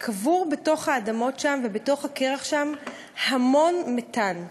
קבור בתוך האדמות שם ובתוך הקרח שם המון מתאן.